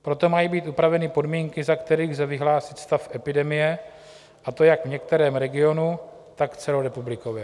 Proto mají být upraveny podmínky, za kterých lze vyhlásit stav epidemie, a to jak v některém regionu, tak celorepublikově.